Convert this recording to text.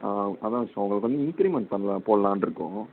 அதுதான் ஸோ உங்களுக்கு வந்து இன்க்ரீமெண்ட் பண்லாம் போடலான்ருக்கோம்